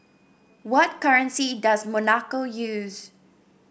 what currency does Monaco use